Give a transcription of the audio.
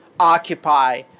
Occupy